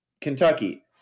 Kentucky